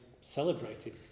celebrated